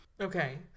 Okay